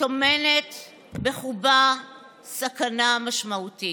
טומנת בחובה סכנה משמעותית.